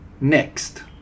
Next